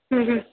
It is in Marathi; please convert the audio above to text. हं हं